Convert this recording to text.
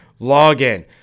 login